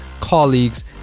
colleagues